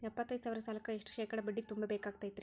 ಎಪ್ಪತ್ತೈದು ಸಾವಿರ ಸಾಲಕ್ಕ ಎಷ್ಟ ಶೇಕಡಾ ಬಡ್ಡಿ ತುಂಬ ಬೇಕಾಕ್ತೈತ್ರಿ?